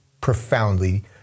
profoundly